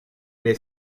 nei